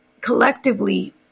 collectively